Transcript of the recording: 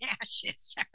ashes